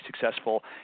successful